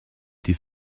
die